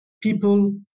people